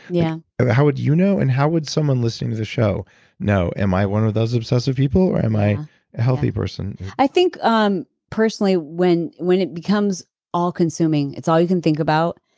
yeah how would you know and how would someone listening to the show know, am i one of those obsessive people or am i a healthy person? i think um personally when when it becomes all consuming, it's all you can think about,